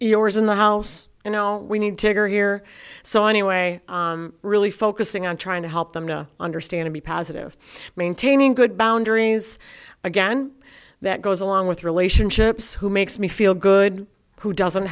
yours in the house you know we need to go here so anyway really focusing on trying to help them to understand to be positive maintaining good boundaries again that goes along with relationships who makes me feel good who doesn't